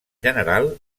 general